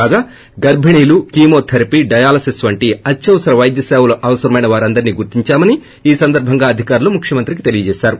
కాగా గర్పిణీలు chemotherapy dialysis వంటి అత్యవసర వైద్య సేవలు అవసరమైన వారందర్నీ గుర్తించామని ఈ సందర్భంగా అదికారులు ముఖ్యమంత్రికి తెలిపారు